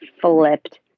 flipped